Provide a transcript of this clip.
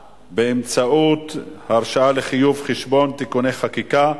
באמצעות הרשאה לחיוב חשבון (תיקוני חקיקה),